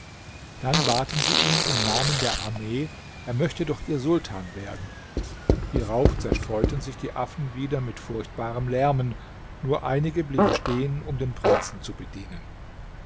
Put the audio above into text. dann baten sie ihn im namen der armee er möchte doch ihr sultan werden hierauf zerstreuten sich die affen wieder mit furchtbarem lärmen nur einige blieben stehen um den prinzen zu bedienen